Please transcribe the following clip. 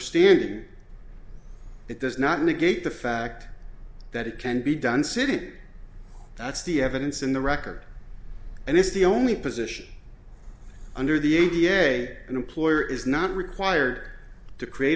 standing it does not negate the fact that it can be done sid it that's the evidence in the record and it's the only position under the a d n a an employer is not required to create